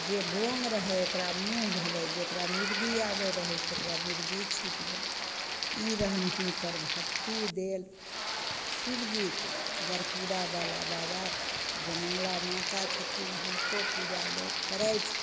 जे गोङ्ग रहै ओकरा मुँह भेलै जकरा मिरगी आबै रहै तकर मिरगी छुटि गेलै ई रहनि हुनकर भक्ति देल शिवजीके गढ़पुरावला बाबाके जय मङ्गला माता छथिन हुनको पूजा लोक करै छै